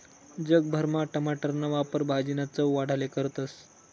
जग भरमा टमाटरना वापर भाजीना चव वाढाले करतस